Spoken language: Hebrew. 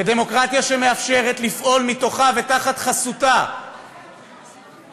ודמוקרטיה שמאפשרת לפעול מתוכה ותחת חסותה בכך